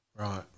right